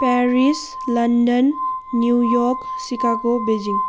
Paris London New York Chicago Beijing